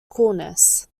coolness